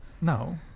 no